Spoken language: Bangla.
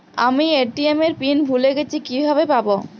আমি এ.টি.এম এর পিন ভুলে গেছি কিভাবে পাবো?